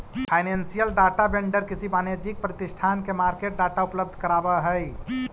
financial data vendor किसी वाणिज्यिक प्रतिष्ठान के मार्केट डाटा उपलब्ध करावऽ हइ